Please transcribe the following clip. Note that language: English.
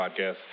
podcast